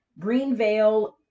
Greenvale